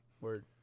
Word